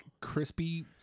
crispy